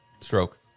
stroke